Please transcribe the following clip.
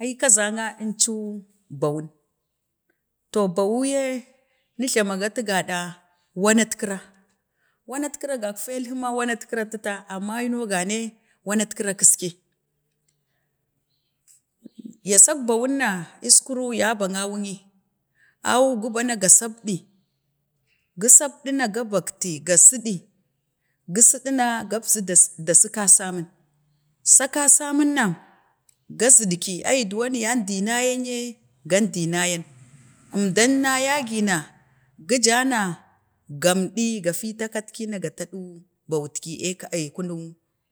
Ai kazangna inci bawun, to bawun ye yea mujlamagatu gaɗa wanatkrar, wanatkira, wanatkra gagte alhu ma wanatkra tita, amma aino gane wanatkra kiske, ya sak bawun na əskuru ya ban awunni, awunni go bana ga sabdi gi sebdina, ga bakti ga sidi, gi sidina gab zidi si kasemin, sa kasamin na, ga zidki iduwonin, yandi nayan ye gan di nayan əmdan naya gima, gi jana, gam ɗi, ga fitak katkina, ga tadi bawutki ke kan,